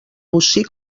bocí